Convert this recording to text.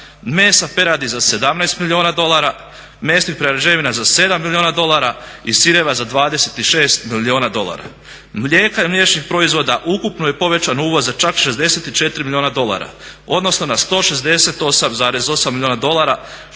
mesa peradi za 17 milijuna dolara, mesnih prerađevina za 7 milijuna dolara i sireva za 26 milijuna dolara. Mlijeka i mliječnih proizvoda ukupno je povećan uvoz za čak 64 milijuna dolara, odnosno na 168,8 milijuna dolara